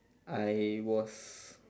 I was